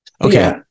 Okay